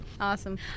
awesome